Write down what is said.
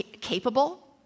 capable